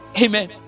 Amen